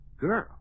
Girl